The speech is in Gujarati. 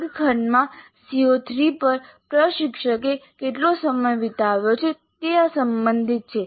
વર્ગખંડમાં CO3 પર પ્રશિક્ષકે કેટલો સમય વિતાવ્યો છે તે આ સંબંધિત છે